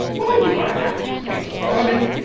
why do i have critics? i mean,